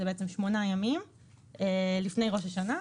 אלו בעצם שמונה ימים לפני ראש השנה,